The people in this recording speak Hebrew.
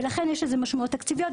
ולכן, יש לזה משמעויות תקציביות.